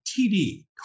TD